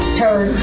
turn